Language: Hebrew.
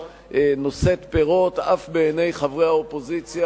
נושאת פירות אף בעיני חברי האופוזיציה,